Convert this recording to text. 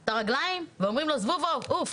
את הרגלים, ואומרים לו זבוב עוף.